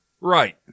Right